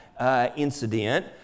Incident